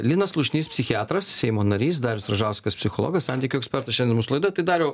linas slušnys psichiatras seimo narys darius ražauskas psichologas santykių ekspertas šiandien mūsų laidoje tai dariau